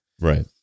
Right